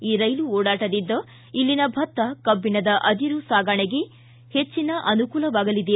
ಈ ರೈಲು ಓಡಾಟದಿಂದ ಇಲ್ಲಿನ ಭತ್ತ ಕಬ್ಬಿಣದ ಅದಿರು ಸಾಗಾಣೆಗೆ ಹೆಚ್ಚನ ಅನುಕೂಲವಾಗಲಿದೆ